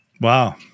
Wow